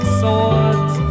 swords